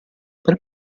per